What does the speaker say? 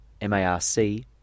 M-A-R-C